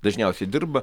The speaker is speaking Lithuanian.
dažniausiai dirba